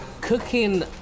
Cooking